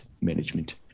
management